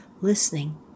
listening